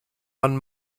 man